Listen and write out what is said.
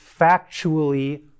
factually